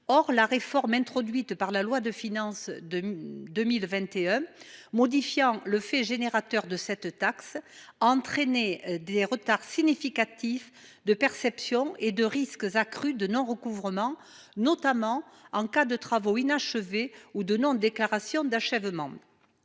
Or la réforme introduite par la loi de finances pour 2021, modifiant le fait générateur de cette taxe, a entraîné des retards significatifs de perception et des risques accrus de non recouvrement, notamment en cas de travaux inachevés ou de non déclaration d’achèvement.